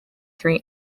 three